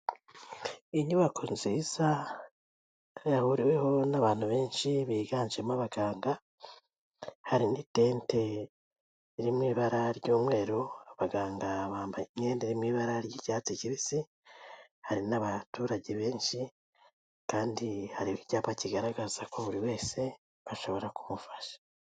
Iyi nyubako nziza yahuriweho n'abantu benshi, biganjemo abaganga hari n'itente riri mu ibara ry'umweru, abaganga bambaye imyenda iri mu ibara ry'icyatsi kibisi, hari n'abaturage benshi kandi hari icyapa kigaragaza ko buri wese bashobora kumufasha.